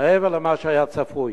מעבר למה שהיה צפוי.